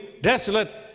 desolate